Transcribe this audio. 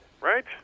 right